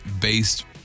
based